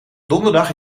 donderdag